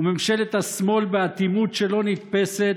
וממשלת השמאל, באטימות שלא נתפסת,